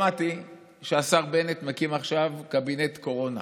שמעתי שהשר בנט מקים עכשיו קבינט קורונה